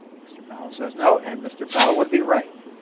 mr. powell says no. and mr. powell would be right.